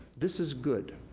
this is good,